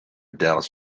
dallas